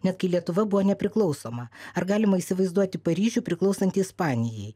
net kai lietuva buvo nepriklausoma ar galima įsivaizduoti paryžių priklausantį ispanijai